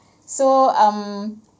so um